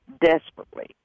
desperately